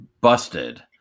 busted